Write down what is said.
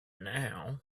now